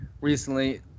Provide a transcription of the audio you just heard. recently